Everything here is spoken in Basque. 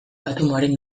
atomoaren